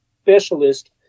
specialist